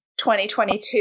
2022